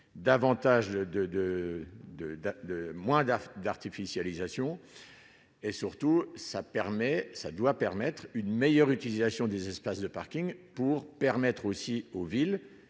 de, de, de mandats d'artificialisation et surtout ça permet, ça doit permettre une meilleure utilisation des espaces de Parking pour permettre aussi aux villes,